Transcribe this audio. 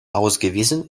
ausgewiesen